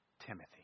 Timothy